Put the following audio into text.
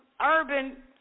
urban